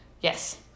yes